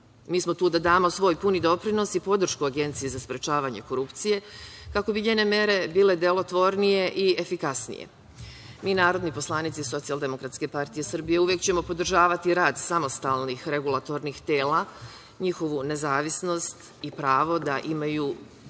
Mi smo tu da damo svoj puni doprinos i podršku Agenciji za sprečavanje korupcije, kako bi njene mere bile delotvornije i efikasnije. Mi, narodni poslanici Socijaldemokratske partije Srbije, uvek ćemo podržavati rad samostalnih regulatornih tela, njihovu nezavisnost i pravo da imaju ponekad